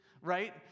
right